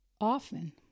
often